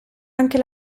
anche